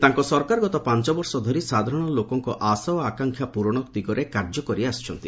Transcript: ତାଙ୍କ ସରକାର ଗତ ପାଞ୍ଚବର୍ଷ ଧରି ସାଧାରଣ ଲୋକଙ୍କ ଆଶା ଆକାଂକ୍ଷା ପୂରଣ ଦିଗରେ କାର୍ଯ୍ୟ କରି ଆସିଛନ୍ତି